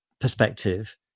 perspective